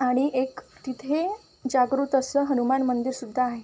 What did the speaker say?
आणि एक तिथे जागृूत असं हनुमान मंदिरसुद्धा आहे